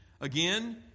again